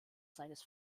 seines